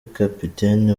kapiteni